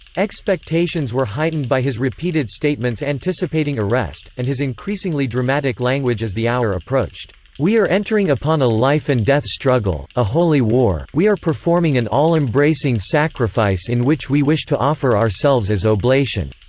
expectations were heightened by his repeated statements anticipating arrest, and his increasingly dramatic language as the hour approached we are entering upon a life and death struggle, a holy war we are performing an all-embracing sacrifice in which we wish to offer ourselves as oblation.